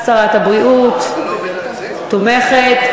שרת הבריאות, תומכת.